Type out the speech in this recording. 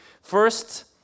First